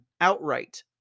outright